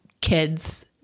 kids